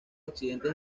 accidentes